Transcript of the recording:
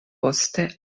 poste